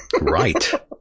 Right